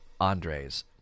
Andres